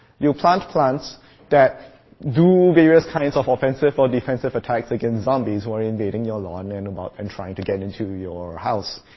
you plant plants that do various kinds of offensive or defensive attacks against zombies who are invading your lawn and and trying to get into your house.